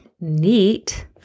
Neat